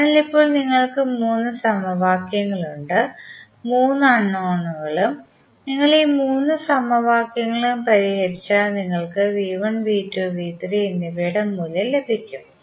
അതിനാൽ ഇപ്പോൾ നിങ്ങൾക്ക് മൂന്ന് സമവാക്യങ്ങളുണ്ട് മൂന്ന് അൺനോണുകളും നിങ്ങൾ ഈ മൂന്ന് സമവാക്യങ്ങളും പരിഹരിച്ചാൽ നിങ്ങൾക്ക് എന്നിവയുടെ മൂല്യം ലഭിക്കും